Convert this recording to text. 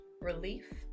relief